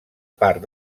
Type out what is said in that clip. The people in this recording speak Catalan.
part